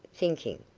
thinking.